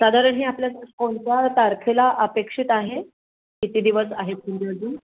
साधारण हे आपल्याला कोणत्या तारखेला अपेक्षित आहे किती दिवस आहे तुम्ही अजून